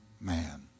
man